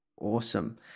Awesome